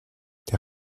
der